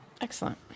Excellent